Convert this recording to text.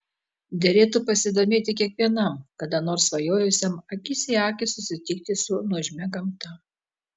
derėtų pasidomėti kiekvienam kada nors svajojusiam akis į akį susitikti su nuožmia gamta